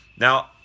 Now